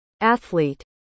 athlete